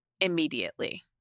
immediately